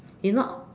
if not